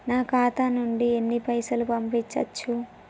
నా ఖాతా నుంచి ఎన్ని పైసలు పంపించచ్చు?